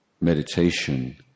meditation